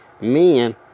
men